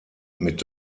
mit